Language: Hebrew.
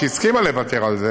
שהסכימה לוותר על זה